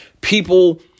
People